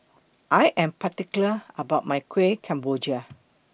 I Am particular about My Kuih Kemboja